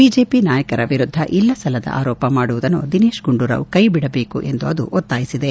BJP ನಾಯಕರ ವಿರುದ್ಧ ಇಲ್ಲಸಲ್ಲದ ಆರೋಪ ಮಾಡುವುದನ್ನು ದಿನೇಶ್ ಗುಂಡೂರಾವ್ ಕೈಬಿಡಬೇಕು ಎಂದು ಅದು ಒತ್ತಾಯಿಸಿದೆ